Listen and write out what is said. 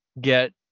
get